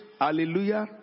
hallelujah